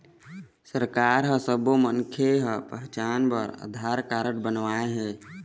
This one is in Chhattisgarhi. सरकार ह सब्बो मनखे के पहचान बर आधार कारड बनवाए हे